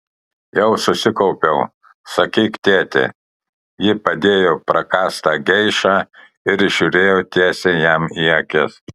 jau susikaupiau sakyk tėti ji padėjo prakąstą geišą ir žiūrėjo tiesiai jam į akis